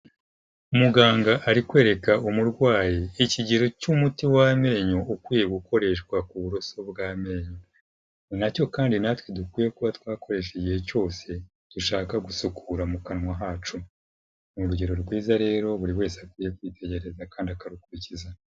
Muganga ari kwereka umurwayi ikigero cy'umuti w'amenyo ukwiye gukoreshwa ku buroso bw'amenyo, ni na cyo kandi natwe dukwiye kuba twakoresha igihe cyose dushaka gusukura mu kanwa hacu, ni urugero rwiza rero buri wese akwiye kwitegereza kandi akarukurikiza.